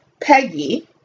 Peggy